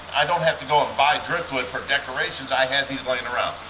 i don't have to go and buy driftwood for decorations. i had these laying around.